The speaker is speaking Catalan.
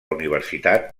universitat